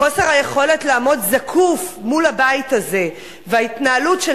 חוסר היכולת לעמוד זקוף מול הבית הזה וההתנהלות של